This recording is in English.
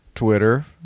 twitter